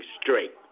straight